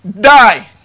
die